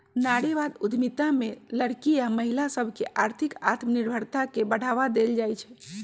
नारीवाद उद्यमिता में लइरकि आऽ महिला सभके आर्थिक आत्मनिर्भरता के बढ़वा देल जाइ छइ